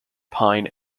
pine